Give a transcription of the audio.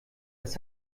was